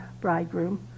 bridegroom